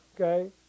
okay